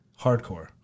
Hardcore